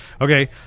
okay